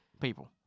people